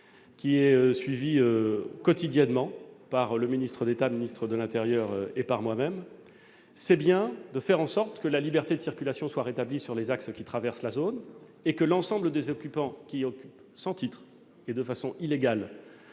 et suivie quotidiennement par le ministre d'État, ministre de l'intérieur, et par moi-même -, est bien de faire en sorte que la liberté de circulation soit rétablie sur les axes qui traversent la zone, et que l'ensemble de ceux qui occupent sans titre et de façon illégale